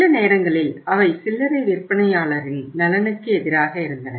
சில நேரங்களில் அவை சில்லறை விற்பனையாளரின் நலனுக்கு எதிராக இருந்தன